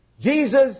Jesus